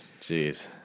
Jeez